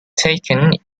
taken